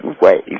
ways